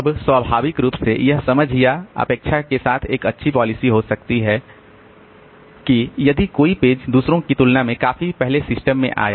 अब स्वाभाविक रूप से यह समझ या अपेक्षा के साथ एक अच्छी पॉलिसी हो सकती है कि यदि कोई पेज दूसरों की तुलना में काफी पहले सिस्टम में आया